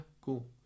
cool